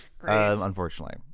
Unfortunately